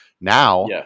Now